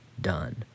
done